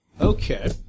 okay